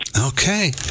Okay